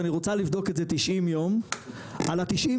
תאשים את הליכוד, אל תאשים